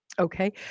Okay